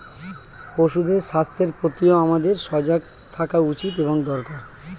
পশুদের স্বাস্থ্যের প্রতিও আমাদের সজাগ থাকা উচিত এবং দরকার